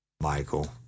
Michael